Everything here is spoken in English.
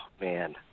man